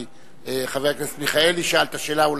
כי חבר הכנסת מיכאלי שאל את השאלה,